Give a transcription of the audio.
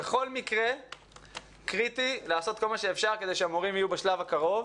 בכל מקרה קריטי לעשות כל מה שאפשר כדי שהמורים יהיו בשלב הקרוב.